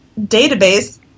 database